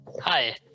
hi